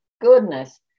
goodness